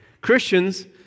Christians